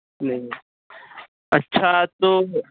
नहीं अच्छा तो